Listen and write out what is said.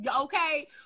Okay